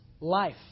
life